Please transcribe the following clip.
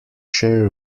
share